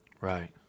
right